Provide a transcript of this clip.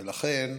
ולכן,